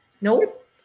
nope